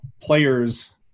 players